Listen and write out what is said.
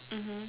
mmhmm